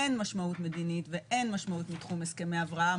אין משמעות מדינית ואין משמעות מתחום הסכמי אברהם",